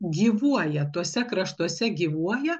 gyvuoja tuose kraštuose gyvuoja